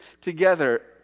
together